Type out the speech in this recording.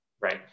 Right